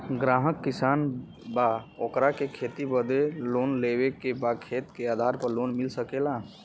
ग्राहक किसान बा ओकरा के खेती बदे लोन लेवे के बा खेत के आधार पर लोन मिल सके ला?